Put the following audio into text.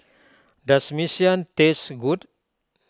does Mee Siam taste good